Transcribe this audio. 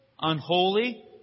unholy